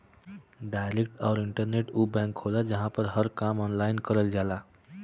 direct आउर internet उ bank होला जहां पर हर काम ऑनलाइन करल जाला